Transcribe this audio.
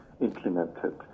implemented